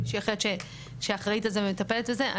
יש מישהי אחרת שאחראית על זה ומטפלת בזה.